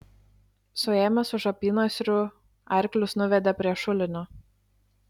suėmęs už apynasrių arklius nuvedė prie šulinio